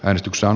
äänestyksen